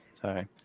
Sorry